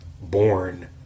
born